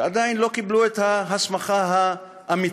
שעדיין לא קיבלו את ההסמכה האמיתית.